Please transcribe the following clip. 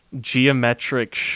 geometric